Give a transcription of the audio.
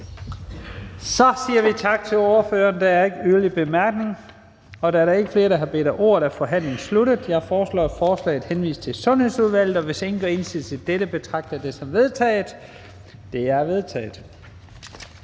Så siger vi tak til ordføreren. Der er ikke yderligere korte bemærkninger. Da der ikke er flere, der har bedt om ordet, er forhandlingen sluttet. Jeg foreslår, at forslaget henvises til Uddannelses- og Forskningsudvalget. Hvis ingen gør indsigelse, betragter jeg dette som vedtaget. Det er vedtaget.